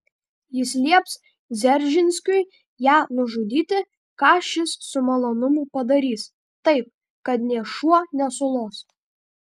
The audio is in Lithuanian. jis lieps dzeržinskiui ją nužudyti ką šis su malonumu padarys taip kad nė šuo nesulos